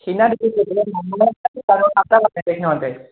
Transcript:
সিদিনা দেখিছোঁ সিহঁতে